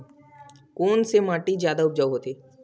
कोन से माटी जादा उपजाऊ होथे?